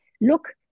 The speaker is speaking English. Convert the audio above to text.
Look